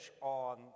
on